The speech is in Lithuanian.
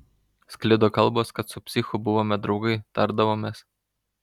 sklido kalbos kad su psichu buvome draugai tardavomės